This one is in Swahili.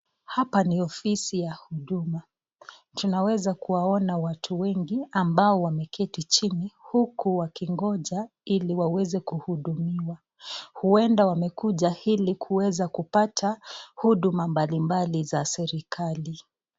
Hapa ni ofisi ya huduma. Tunaweza kuwaona watu wengi ambao wameketi chini huku wakingoja ili waweze kuhudumiwa. Huenda, wamekuja ili kuweza kupata huduma mbali mbali za serikali.